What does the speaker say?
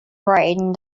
brightened